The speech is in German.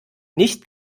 nicht